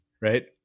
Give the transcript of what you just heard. right